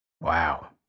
Wow